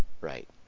Right